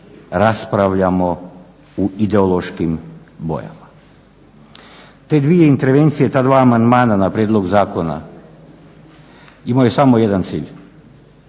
raspravljamo u ideološkim bojama. Te dvije intervencije, ta dva amandmana na prijedlog zakona imaju samo jedan cilj,